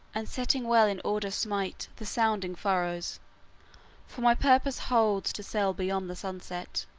and sitting well in order smite the sounding furrows for my purpose holds to sail beyond the sunset,